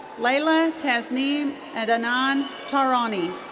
laila tasnim adnan tarhoni.